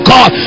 God